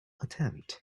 attempt